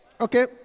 Okay